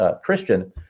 Christian